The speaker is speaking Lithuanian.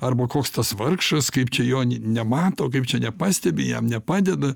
arba koks tas vargšas kaip čia jo nemato kaip čia nepastebi jam nepadeda